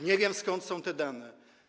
Nie wiem, skąd są te dane.